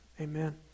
amen